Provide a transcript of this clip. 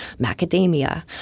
macadamia